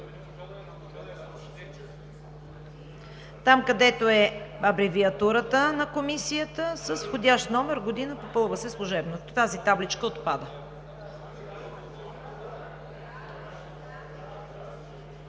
където е абревиатурата на Комисията с входящ номер, година, попълва се служебно – тази табличка отпада.